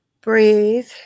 breathe